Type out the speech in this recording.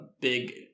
big